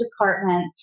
department